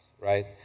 right